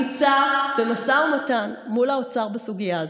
אני אומרת שוב: השר ישראל כץ נמצא במשא ומתן מול האוצר בסוגיה הזאת.